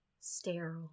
sterile